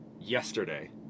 Yesterday